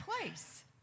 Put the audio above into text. place